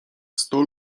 sto